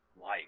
life